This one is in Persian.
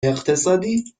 اقتصادی